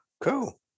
Cool